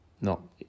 No